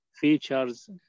features